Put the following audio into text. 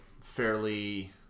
fairly